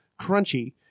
crunchy